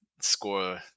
score